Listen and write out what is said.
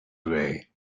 away